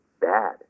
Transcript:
bad